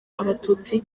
abatutsi